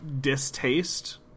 distaste